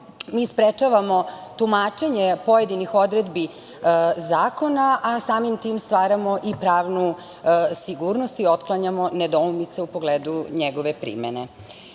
mi sprečavamo tumačenje pojedinih odredbi zakona, a samim tim stvaramo i pravnu sigurnost i otklanjamo nedoumice u pogledu njegove primene. Veoma